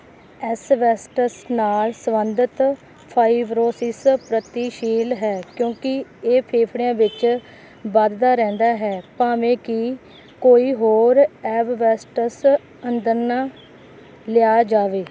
asbestos ਨਾਲ ਸਬੰਧਤ fibrosis ਪ੍ਰਗਤੀਸ਼ੀਲ ਹੈ ਕਿਉਂਕਿ ਇਹ ਫੇਫੜਿਆਂ ਵਿੱਚ ਵੱਧਦਾ ਰਹਿੰਦਾ ਹੈ ਭਾਵੇਂ ਕਿ ਕੋਈ ਹੋਰ ਐਸਬੈਸਟਸ ਅੰਦਰ ਨਾ ਲਿਆ ਜਾਵੇ